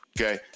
Okay